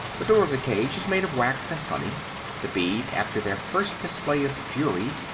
the door of the cage is made of wax and honey the bees, after their first display of fury,